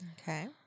Okay